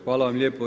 Hvala vam lijepo.